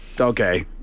okay